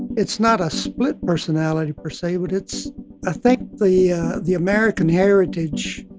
it's not a split personality per se, but it's i think the the american heritage